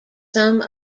some